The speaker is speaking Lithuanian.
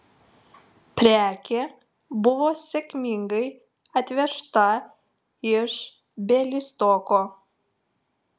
prekė buvo sėkmingai atvežta iš bialystoko